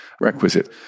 requisite